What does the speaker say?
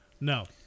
No